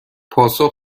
پاسخ